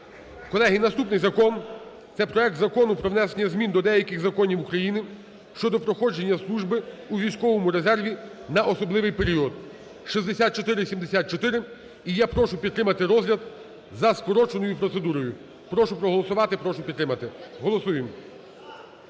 Колеги, і наступний закон. Це проект Закону про внесення змін до деяких законів України щодо проходження служби у військовому резерві на особливий період (6474). І я прошу підтримати розгляд за скороченою процедурою. Прошу проголосувати і прошу підтримати. Голосуєм.